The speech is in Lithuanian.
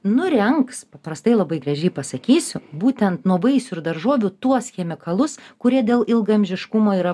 nurengs paprastai labai gražiai pasakysiu būtent nuo vaisių ir daržovių tuos chemikalus kurie dėl ilgaamžiškumo yra